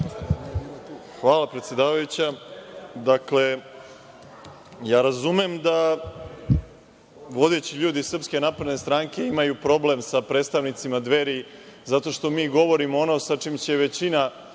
Hvala, predsedavajuća. Dakle, ja razumem da vodeći ljudi SNS imaju problem sa predstavnicima Dveri zato što mi govorimo ono sa čime će većina